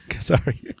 Sorry